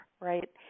right